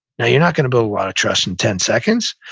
now, you're not going to build a lot of trust in ten seconds,